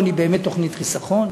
החיסכון היא באמת תוכנית חיסכון: